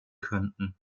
könnten